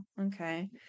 Okay